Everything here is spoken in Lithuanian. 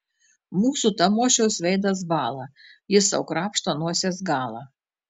mūsų tamošiaus veidas bąla jis sau krapšto nosies galą